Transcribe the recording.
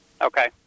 Okay